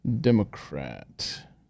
Democrat